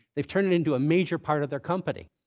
they've turned it into a major part of their company.